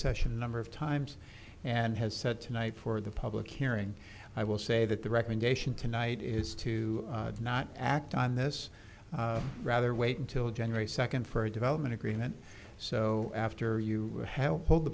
session number of times and has said tonight for the public hearing i will say that the recommendation tonight is to not act on this rather wait until january second for development agreement so after you h